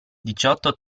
diciotto